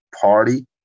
party